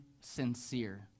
sincere